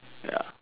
ya